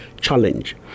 challenge